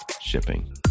shipping